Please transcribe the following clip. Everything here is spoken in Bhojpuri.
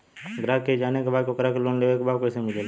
ग्राहक के ई जाने के बा की ओकरा के लोन लेवे के बा ऊ कैसे मिलेला?